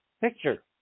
picture